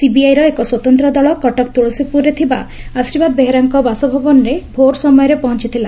ସିବିଆଇର ଏକ ସ୍ୱତନ୍ତ ଦଳ କଟକ ତୁଳସୀପୁରରେ ଥିବା ଆଶୀର୍ବାଦ ବେହେରାଙ୍କ ବାସଭବନରେ ଭୋର୍ ସମୟରେ ପହଞ୍ ଥିଲା